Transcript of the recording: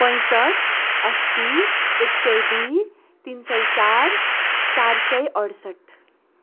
पैँसठ अस्सी एक सय दुई तिन सौ चार चार सय अडसठ